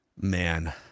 man